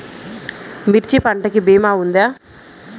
మిర్చి పంటకి భీమా ఉందా?